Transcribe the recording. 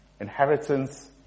inheritance